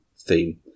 theme